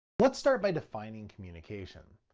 let's start by defining communication.